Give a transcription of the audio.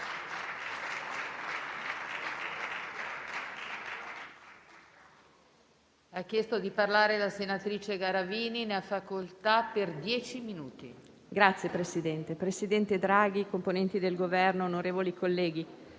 Signor Presidente, presidente Draghi, componenti del Governo, onorevoli colleghi,